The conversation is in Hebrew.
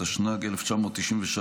התשנ"ג 1993,